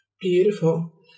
Beautiful